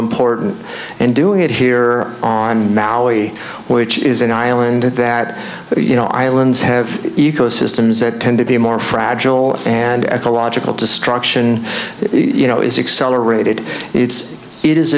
important and doing it here on maui which is an island at that but you know islands have ecosystems that tend to be more fragile and ecological destruction you know is accelerated it's it is